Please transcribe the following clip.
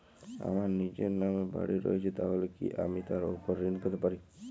আমার নিজের নামে বাড়ী রয়েছে তাহলে কি আমি তার ওপর ঋণ পেতে পারি?